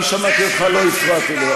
אני שמעתי אותך, לא הפרעתי.